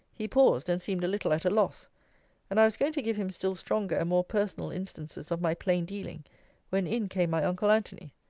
he paused, and seemed a little at a loss and i was going to give him still stronger and more personal instances of my plain-dealing when in came my uncle antony.